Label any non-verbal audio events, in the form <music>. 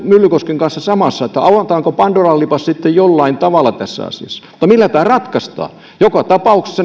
myllykosken kanssa ihan samaa että avataanko pandoran lipas sitten jollain tavalla tässä asiassa mutta millä tämä ratkaistaan joka tapauksessa <unintelligible>